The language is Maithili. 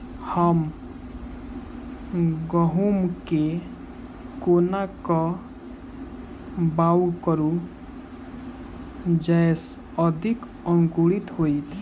हम गहूम केँ कोना कऽ बाउग करू जयस अधिक अंकुरित होइ?